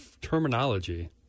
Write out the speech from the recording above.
terminology